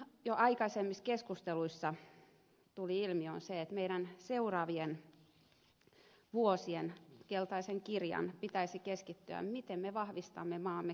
mikä jo aikaisemmissa keskusteluissa tuli ilmi on se että meidän seuraavien vuosien keltaisen kirjan pitäisi keskittyä siihen miten me vahvistamme maamme kilpailukykyä